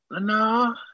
no